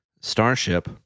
Starship